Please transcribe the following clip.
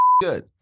good